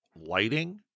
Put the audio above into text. lighting